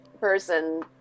person